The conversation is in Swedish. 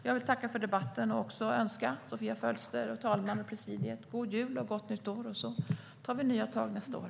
Jag vill tacka för debatten och också önska såväl Sofia Fölster som fru talmannen och presidiet en god jul och ett gott nytt år. Vi tar nya tag nästa år.